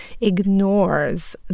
ignores